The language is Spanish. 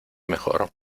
mejor